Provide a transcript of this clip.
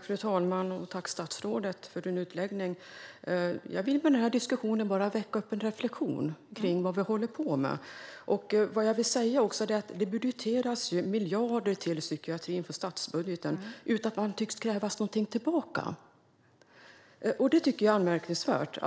Fru talman! Tack, statsrådet, för din utläggning! Jag vill med den här diskussionen väcka en reflektion om vad vi håller på med. Vad jag vill säga är att det budgeteras miljarder till psykiatrin från statsbudgeten utan att man tycks kräva någonting tillbaka. Det är anmärkningsvärt.